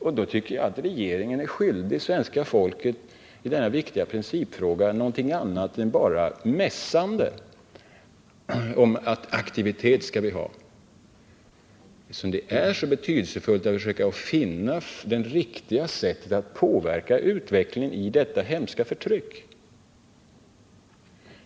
Därför tycker jag att regeringen i denna viktiga principfråga är skyldig svenska folket någonting annat än bara ett mässande om att vi skall ha aktivitet. Det är ju så betydelsefullt att försöka finna det riktiga sättet att påverka utvecklingen i detta hemska förtryck.